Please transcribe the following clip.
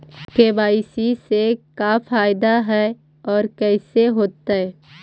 KYC से का फायदा है और कैसे होतै?